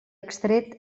extret